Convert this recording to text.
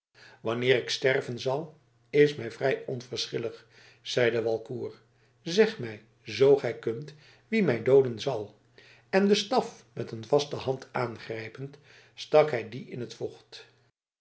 wanneer ik sterven zal is mij vrij onverschillig zeide walcourt zeg mij zoo gij kunt wie mij dooden zal en den staf met een vaste hand aangrijpende stak hij dien in t vocht